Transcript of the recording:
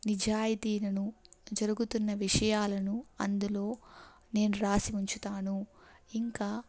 నిజాయితీలను జరుగుతున్న విషయాలను అందులో నేను వ్రాసి ఉంచుతాను ఇంకా